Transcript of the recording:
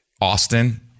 Austin